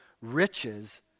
riches